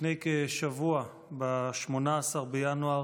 לפני כשבוע, ב-18 בינואר,